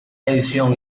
edición